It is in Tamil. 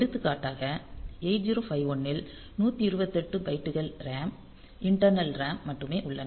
எடுத்துக்காட்டாக 8051 ல் 128 பைட்டுகள் RAM இண்டர்னல் RAM மட்டுமே உள்ளன